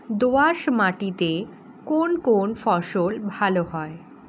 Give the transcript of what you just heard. দোঁয়াশ মাটিতে কোন কোন ফসল ভালো হয়?